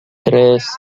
tres